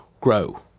grow